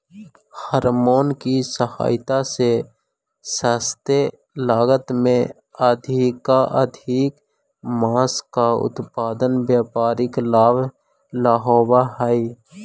hormone की सहायता से सस्ते लागत में अधिकाधिक माँस का उत्पादन व्यापारिक लाभ ला होवअ हई